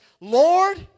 Lord